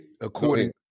according